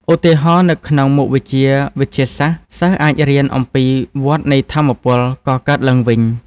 ឧទាហរណ៍ នៅក្នុងមុខវិជ្ជាវិទ្យាសាស្ត្រ សិស្សអាចរៀនអំពីវដ្តនៃថាមពលកកើតឡើងវិញ។